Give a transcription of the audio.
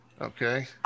okay